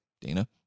Dana